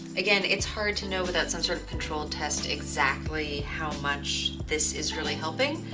again, it's hard to know without some sort of control and test exactly how much this is really helping.